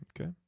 Okay